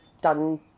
done